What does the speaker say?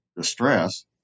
distress